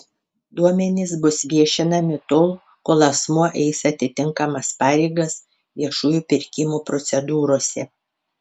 duomenys bus viešinami tol kol asmuo eis atitinkamas pareigas viešųjų pirkimų procedūrose